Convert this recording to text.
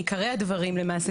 עיקרי הדברים למעשה,